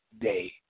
day